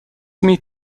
meet